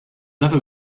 never